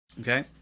Okay